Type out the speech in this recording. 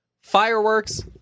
fireworks